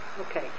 Okay